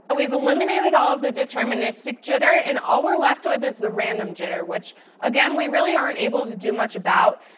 but we've eliminated all of the deterministic jitter and all we're left with is the random jitter, which again we really aren't able to do much about.